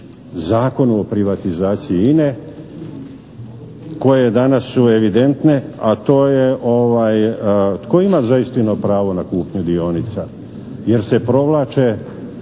Zakonu o privatizaciji INE, koje danas su evidentne a to je tko ima za istinu pravo na kupnju dionica, jer se provlače